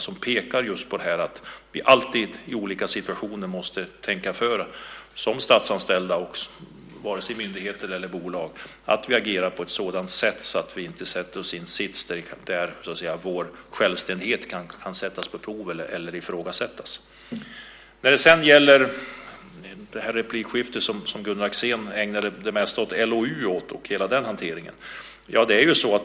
Där pekas just på att vi som statsanställda i myndigheter och bolag alltid måste tänka på att vi agerar på ett sådant sätt att vi inte hamnar i en sådan sits att vår självständighet kan sättas på prov eller ifrågasättas. Gunnar Axén ägnade det mesta av ett av sina inlägg till LOU och hanteringen av den.